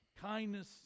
kindness